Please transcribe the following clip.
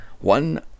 One